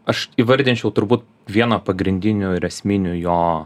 aš įvardinčiau turbūt vieną pagrindinių ir esminių jo